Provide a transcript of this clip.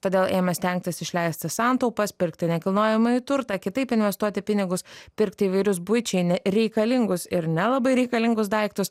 todėl ėmė stengtis išleisti santaupas pirkti nekilnojamąjį turtą kitaip investuoti pinigus pirkt įvairius buičiai ne reikalingus ir nelabai reikalingus daiktus